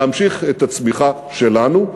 להמשיך את הצמיחה שלנו.